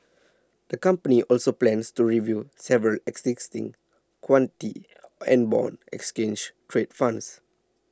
the company also plans to review several existing equity and bond exchange trade funds